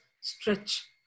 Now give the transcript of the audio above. stretch